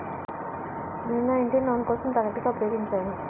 నేను నా ఇంటిని లోన్ కోసం తాకట్టుగా ఉపయోగించాను